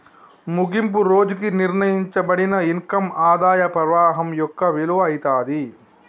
ముగింపు రోజుకి నిర్ణయింపబడిన ఇన్కమ్ ఆదాయ పవాహం యొక్క విలువ అయితాది